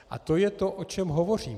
A to je to, o čem hovořím.